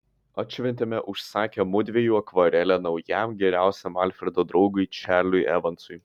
atšventėme užsakę mudviejų akvarelę naujam geriausiam alfredo draugui čarliui evansui